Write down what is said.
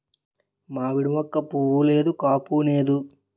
మావిడి మోక్క పుయ్ నేదు కాపూనేదు